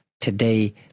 Today